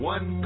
One